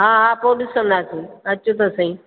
हा हा पोइ ॾिसंदासीं अच त सही